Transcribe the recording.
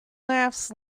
laughs